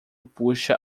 puxa